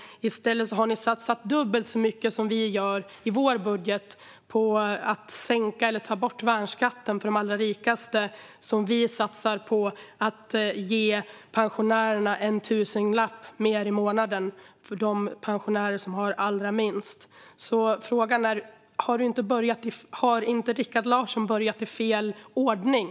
I stället har regeringen satsat dubbelt så mycket som vi gör i vår budget på att sänka eller ta bort värnskatten för de allra rikaste. Vi satsar i stället på att ge de pensionärer som har allra minst en tusenlapp mer i månaden. Frågan är alltså: Har inte Rikard Larsson börjat i fel ordning?